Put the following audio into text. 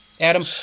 Adam